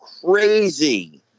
crazy